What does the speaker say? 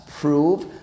prove